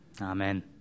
Amen